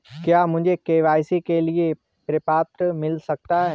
क्या मुझे के.वाई.सी के लिए प्रपत्र मिल सकता है?